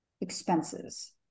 expenses